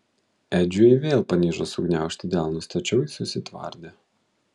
edžiui vėl panižo sugniaužti delnus tačiau jis susitvardė